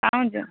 ପାଉଁଜି